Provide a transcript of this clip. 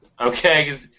Okay